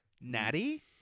Natty